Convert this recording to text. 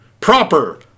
Proper